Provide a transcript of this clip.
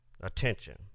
Attention